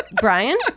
Brian